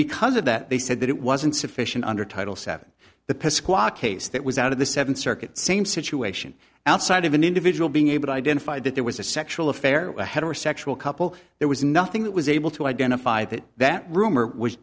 because of that they said that it wasn't sufficient under title seven the squad case that was out of the seventh circuit same situation outside of an individual being able to identify that there was a sexual affair a heterosexual couple there was nothing that was able to identify that that rumor was